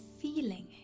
feeling